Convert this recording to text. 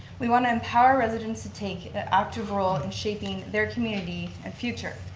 we want to empower residents to take an active role in shaping their community and future.